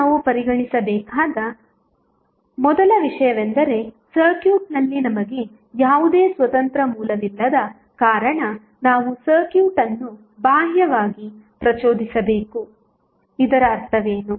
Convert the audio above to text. ಈಗ ನಾವು ಪರಿಗಣಿಸಬೇಕಾದ ಮೊದಲ ವಿಷಯವೆಂದರೆ ಸರ್ಕ್ಯೂಟ್ನಲ್ಲಿ ನಮಗೆ ಯಾವುದೇ ಸ್ವತಂತ್ರ ಮೂಲವಿಲ್ಲದ ಕಾರಣ ನಾವು ಸರ್ಕ್ಯೂಟ್ ಅನ್ನು ಬಾಹ್ಯವಾಗಿ ಪ್ರಚೋದಿಸಬೇಕು ಇದರ ಅರ್ಥವೇನು